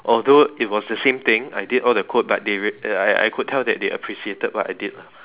although it was the same thing I did all the code but they re~ I I could tell that they appreciated what I did lah